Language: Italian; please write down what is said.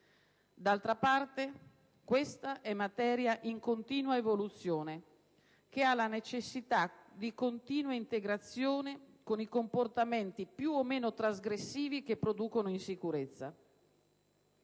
D'altra parte, questa è materia in continua evoluzione che ha la necessità di continue integrazioni alla luce del manifestarsi di comportamenti più o meno trasgressivi che producono insicurezza.